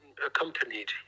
Accompanied